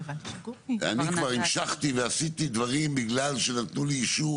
אני כבר המשכתי ועשיתי דברים בגלל שנתנו לי אישור,